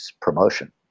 promotion